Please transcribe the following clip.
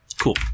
cool